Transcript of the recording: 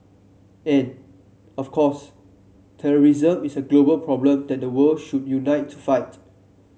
and of course terrorism is a global problem that the world should unite to fight